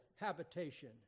habitation